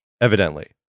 evidently